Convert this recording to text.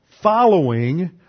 following